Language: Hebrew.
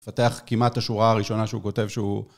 לפתח כמעט את השורה הראשונה שהוא כותב שהוא